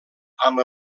amb